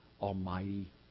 Almighty